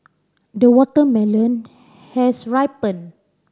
the watermelon has ripened